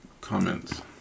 comments